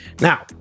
Now